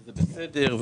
וזה בסדר.